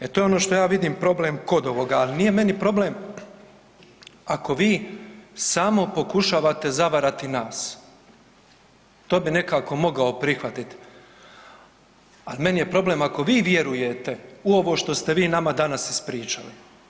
E to je ono što ja vidim problem kod ovoga, al nije meni problem ako vi samo pokušavate zavarati nas, to bi nekako mogao prihvatit, al meni je problem ako vi vjerujete u ovo što ste vi nama danas ispričali.